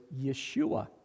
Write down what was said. Yeshua